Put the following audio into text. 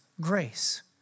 grace